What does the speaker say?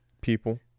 People